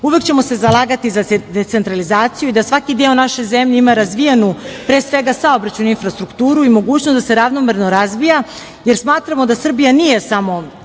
Uvek ćemo se zalagati za decentralizaciju i da svaki deo naše zemlje ima razvijenu pre svega saobraćajnu infrastrukturu i mogućnost da se ravnomerno razvija, jer smatramo da Srbija nije samo